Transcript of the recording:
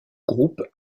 groupe